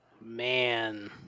man